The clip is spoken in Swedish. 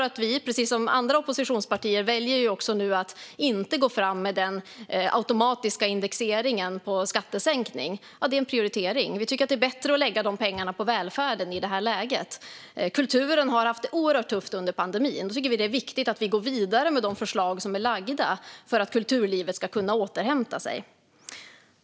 Att vi precis som andra oppositionspartier väljer att inte gå fram med den automatiska indexeringen på skattesänkning är en prioritering. Vi tycker att det är bättre att lägga de pengarna på välfärden i det här läget. Kulturen har haft det oerhört tufft under pandemin. Då tycker vi att det är viktigt att vi går vidare med de förslag som är lagda för att kulturlivet ska kunna återhämta sig.